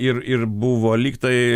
ir ir buvo lyg tai